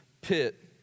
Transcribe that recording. pit